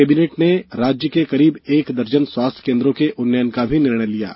cabinet ने राज्य के करीब एक दर्जन स्वास्थ्य केन्द्रों के उन्नयन का भी निर्णय लिया है